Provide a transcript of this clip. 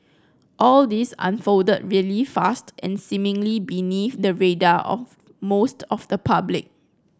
all this unfolded really fast and seemingly beneath the radar of most of the public